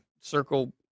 circle